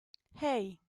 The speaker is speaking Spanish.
hey